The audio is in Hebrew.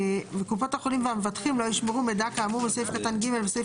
קופות החולים והמבטחים לא יישמרו מידע כאמור בסעיף קטן (ג) בסעיף